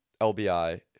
lbi